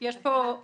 אבל